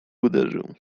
uderzył